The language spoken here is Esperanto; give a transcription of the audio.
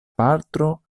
patro